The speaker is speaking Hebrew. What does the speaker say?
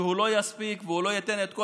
הוא לא יספיק והוא לא ייתן את כל